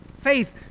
faith